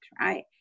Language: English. right